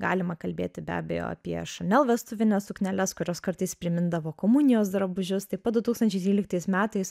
galima kalbėti be abejo apie chanel vestuvines sukneles kurios kartais primindavo komunijos drabužius taip pat du tūkstančiai tryliktais metais